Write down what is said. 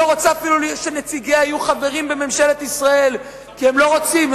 שלא רוצה אפילו שנציגיה יהיו חברים בממשלת ישראל כי הם לא רוצים,